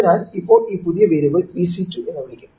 അതിനാൽ ഇപ്പോൾ ഈ പുതിയ വേരിയബിൾ VC2 എന്ന് വിളിക്കും